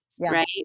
right